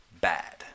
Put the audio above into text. bad